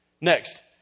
Next